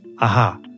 aha